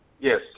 Yes